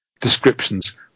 descriptions